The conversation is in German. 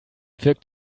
wirkt